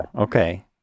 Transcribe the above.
Okay